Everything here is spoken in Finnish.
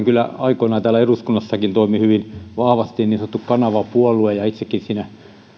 kyllä aikoinaan täällä eduskunnassakin toimi hyvin vahvasti niin sanottu kanavapuolue ja itsekin siinä